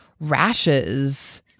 Rashes